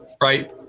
Right